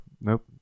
nope